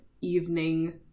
evening